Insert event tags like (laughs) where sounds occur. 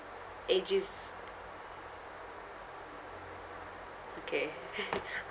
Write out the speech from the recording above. age is okay (laughs)